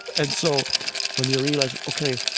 and so when you realize, ok,